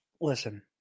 listen